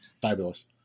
fabulous